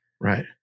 Right